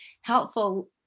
helpful